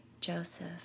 Joseph